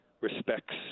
respects